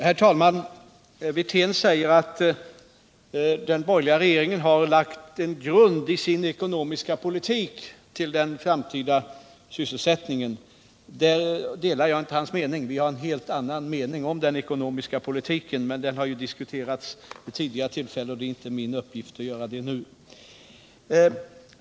Herr talman! Rolf Wirtén säger att den borgerliga regeringen har lagt en grund i sin ekonomiska politik till den framtida sysselsättningen. Där delar jag inte hans mening. Vi har en helt annan uppfattning om den ekonomiska politiken, men den har diskuterats vid tidigare tillfällen och det är inte min uppgift att göra det nu.